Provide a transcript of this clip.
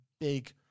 big